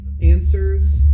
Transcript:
answers